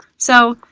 so,